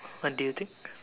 what do you think